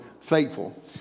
faithful